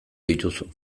dituzu